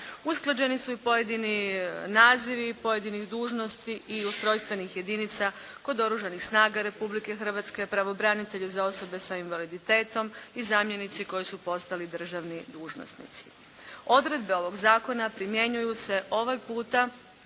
Usklađeni su i pojedini nazivi pojedinih dužnosti i ustrojstvenih jedinica kod Oružanih snaga Republike Hrvatske, pravobranitelja za osobe sa invaliditetom i zamjenici koji su postali državni dužnosnici. Odredbe ovog zakona primjenjuju se ovaj puta